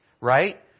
right